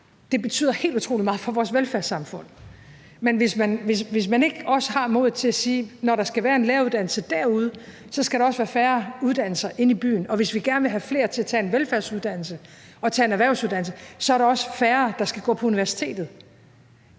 det betyder helt utrolig meget for vores velfærdssamfund. Men hvis man ikke også har modet til at sige, at der, når der skal være en læreruddannelse derude, så også skal være færre uddannelser inde i byen, og at der, hvis vi gerne vil have flere til at tage en velfærdsuddannelse og tage en erhvervsuddannelse, så også er færre, der skal gå på universitetet,